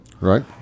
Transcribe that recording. Right